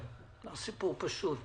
סיפור לא פשוט.